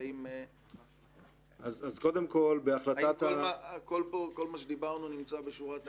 האם כל מה שדיברנו נמצא בשורת תקציב?